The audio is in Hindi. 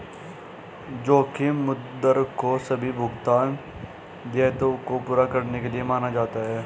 जोखिम मुक्त दर को सभी भुगतान दायित्वों को पूरा करने के लिए माना जाता है